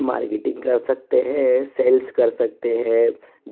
marketing कर सकते हैं सेल्स कर सकते हैं